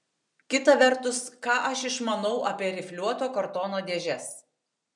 kita vertus ką aš išmanau apie rifliuoto kartono dėžes